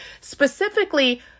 specifically